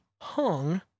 hung